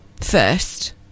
first